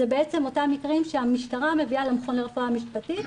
אלה בעצם אותם מקרים שהמשטרה מביאה לרפואה משפטית,